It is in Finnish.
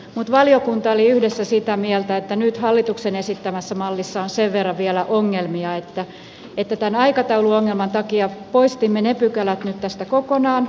mutta valiokunta oli yhdessä sitä mieltä että nyt hallituksen esittämässä mallissa on sen verran vielä ongelmia että tämän aikatauluongelman takia poistimme ne pykälät nyt tästä kokonaan